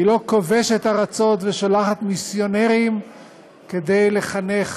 היא לא כובשת ארצות ושולחת מיסיונרים כדי לחנך